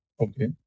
Okay